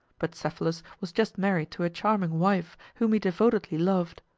but cephalus was just married to a charming wife whom he devotedly loved.